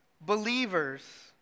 believers